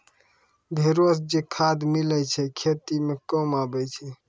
भेड़ो से जे खाद मिलै छै खेती मे काम आबै छै